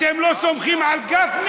אתם לא סומכים על גפני?